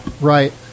right